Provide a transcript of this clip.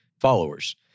followers